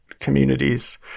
communities